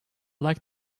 like